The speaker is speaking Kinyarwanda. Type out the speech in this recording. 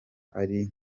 ari